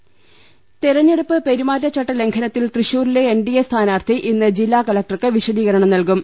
തെരഞ്ഞെടുപ്പ് പെരു മാറ്റ ചട്ട ലംഘ നത്തിൽ തൃശൂരിലെ ് എൻ ഡി എ സ്ഥാനാർത്ഥി ഇന്ന് ജില്ലാകല ക്ടർക്ക് വിശദീകരണം നല്കും